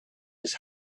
his